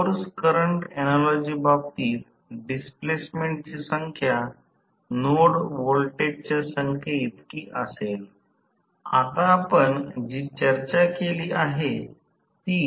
असे म्हटले आहे की जास्तीत जास्त पुढच्या कमाल ऊर्जा हस्तांतरण प्रमेय किंवा थेवेनिनचे प्रमेय ज्याचा आपण अभ्यास केला आहे जास्तीत जास्त शक्ती नंतर येईल